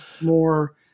more